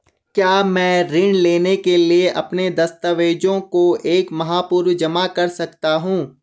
क्या मैं ऋण लेने के लिए अपने दस्तावेज़ों को एक माह पूर्व जमा कर सकता हूँ?